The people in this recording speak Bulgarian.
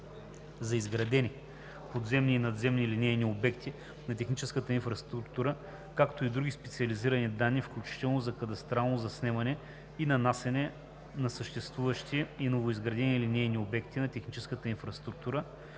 за изградени подземни и надземни линейни обекти на техническата инфраструктура, както и други специализирани данни, включително за кадастрално заснемане и нанасяне на съществуващи и новоизградени линейни обекти на техническата инфраструктура,